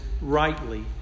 rightly